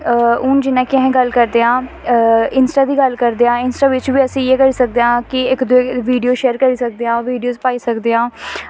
हून जि'यां कि अस गल्ल करदे आं इंस्टा दी गल्ल करदे आं इंस्टा बिच्च बी अस इ'यै करी सकदे आं कि इक दुए गी वीडियो शेयर करी सकदे आं वीडियोस पाई सकदे आं